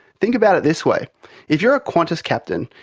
think about it this way if you are a qantas captain,